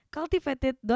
Cultivated